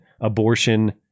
abortion